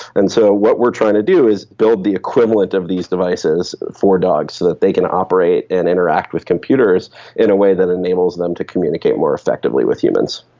and so what we're trying to do is build the equivalent of these devices for dogs so that they can operate and interact with computers in a way that enables them to communicate more effectively with humans.